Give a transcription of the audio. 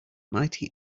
mighty